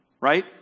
right